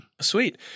Sweet